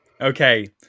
Okay